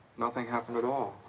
nothing happened at all.